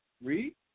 Read